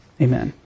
Amen